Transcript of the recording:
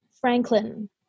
Franklin